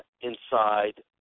inside